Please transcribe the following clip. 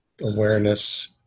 awareness